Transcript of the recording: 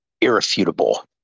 irrefutable